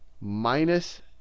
minus